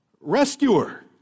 Rescuer